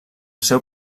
seu